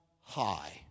high